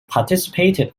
participated